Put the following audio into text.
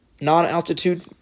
non-altitude